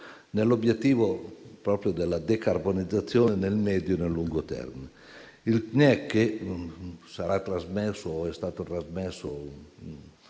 nell'obiettivo proprio della decarbonizzazione nel medio e nel lungo termine. Il PNIEC, che sarà trasmesso